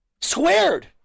Squared